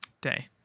day